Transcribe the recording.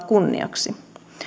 kunniaksi